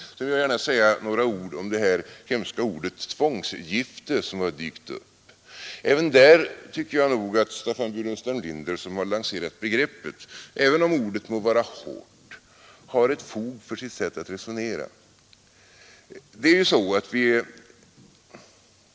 Sedan vill jag gärna säga något om det här hemska ordet ”tvångsgifte” som har dykt upp. Även om ordet må verka hårt tycker jag nog också i det fallet att Staffan Burenstam Linder, som har lanserat begreppet, har fog för sitt sätt att resonera.